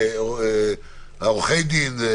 עורכי-הדין.